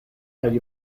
kaj